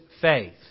faith